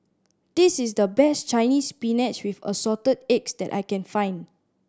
this is the best Chinese Spinach with Assorted Eggs that I can find